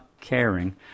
caring